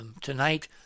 tonight